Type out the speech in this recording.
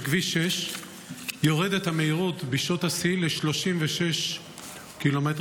כביש 6 יורדת המהירות בשעות השיא ל-36 קמ"ש,